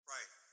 Right